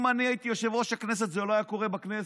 אם אני הייתי יושב-ראש הכנסת זה לא היה קורה בכנסת.